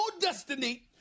destiny